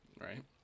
Right